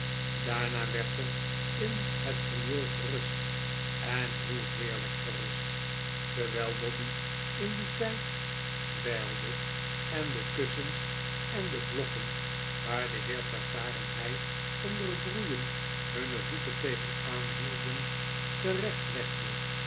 daarna werd er in het prieel gerust en hoe heerlyk gerust terwyl lobbey in dien tyd dwylde en de kussens en de blokken waar de heer tartaar en hy onder het roeien hunne voeten tegen aan hielden terecht